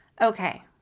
Okay